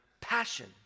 Passion